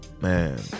man